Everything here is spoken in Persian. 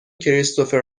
کریستوفر